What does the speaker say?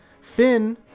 Finn